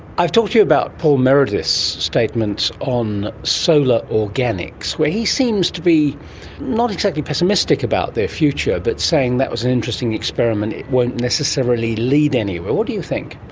i've talked to you about paul meredith's statements on solar organics where he seems to be not exactly pessimistic about their future but saying that was an interesting experiment, it won't necessarily lead anywhere. what do you think?